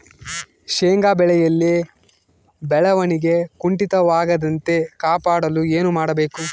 ಶೇಂಗಾ ಬೆಳೆಯಲ್ಲಿ ಬೆಳವಣಿಗೆ ಕುಂಠಿತವಾಗದಂತೆ ಕಾಪಾಡಲು ಏನು ಮಾಡಬೇಕು?